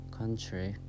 country